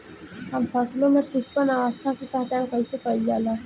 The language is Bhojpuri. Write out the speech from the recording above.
हम फसलों में पुष्पन अवस्था की पहचान कईसे कईल जाला?